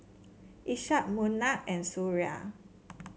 Ishak Munah and Suria